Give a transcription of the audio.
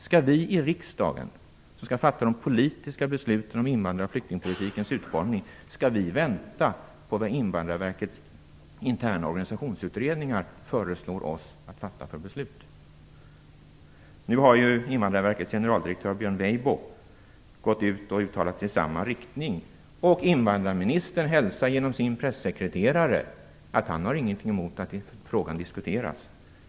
Skall vi i riksdagen, som skall fatta de politiska besluten om invandrar och flyktingpolitikens utformning, vänta på vilka beslut Invandrarverkets interna organisationsutredningar förelår oss att fatta? Invandrarverkets generaldirektör Björn Weibo har nu uttalat sig i samma riktning, och invandrarministern hälsar genom sin pressekreterare att han inte har något emot att frågan diskuteras.